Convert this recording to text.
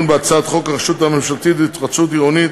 בהצעת חוק הרשות הממשלתית להתחדשות עירונית